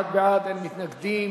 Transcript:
21 בעד, אין מתנגדים